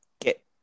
get